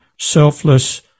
selfless